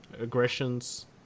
aggressions